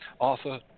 Arthur